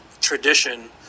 tradition